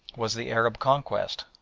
was the arab conquest,